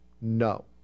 no